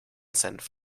senf